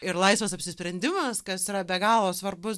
ir laisvas apsisprendimas kas yra be galo svarbus